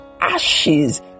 ashes